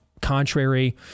contrary